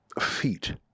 feet